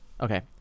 Okay